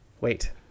Wait